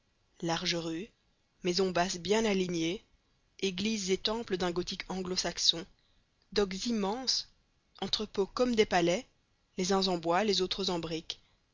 larges rues maisons basses bien alignées églises et temples d'un gothique anglo saxon docks immenses entrepôts comme des palais les uns en bois les autres en